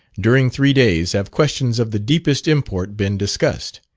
during three days, have questions of the deepest import been discussed,